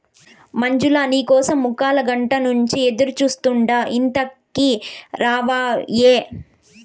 మంజులా, నీ కోసం ముక్కాలగంట నుంచి ఎదురుచూస్తాండా ఎంతకీ రావాయే